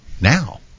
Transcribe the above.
now